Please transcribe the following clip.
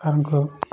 ସାର୍ଙ୍କର